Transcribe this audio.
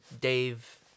Dave